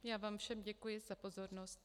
Já vám všem děkuji za pozornost.